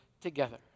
together